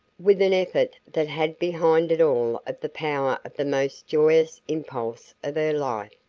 with an effort that had behind it all of the power of the most joyous impulse of her life,